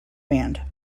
band